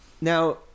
Now